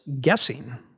guessing